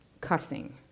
cussing